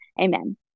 Amen